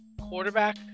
quarterback